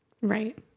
Right